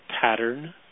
pattern